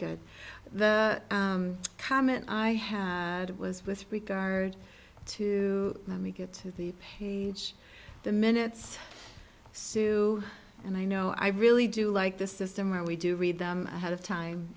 good the comment i had was with regard to let me get to the page the minutes sue and i know i really do like this system where we do read them a